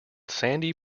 sandy